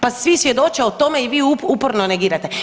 Pa svi svjedoče o tome i vi uporno negirate.